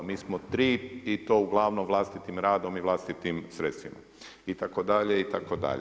Mi smo tri i to uglavnom vlastitim radom i vlastitim sredstvima, itd., itd.